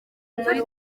muri